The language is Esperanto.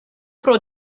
pro